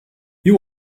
you